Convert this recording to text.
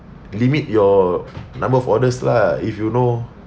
limit your number of orders lah if you know